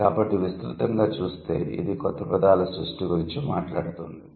కాబట్టి విస్తృతంగా చూస్తే ఇది క్రొత్త పదాల సృష్టి గురించి మాట్లాడుతుంది